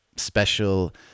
special